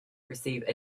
receive